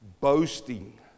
Boasting